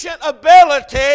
ability